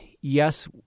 yes